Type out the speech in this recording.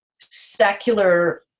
secular